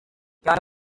cyane